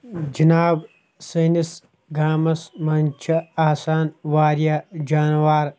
جِناب سٲنِس گامَس منٛز چھِ آسان واریاہ جانوار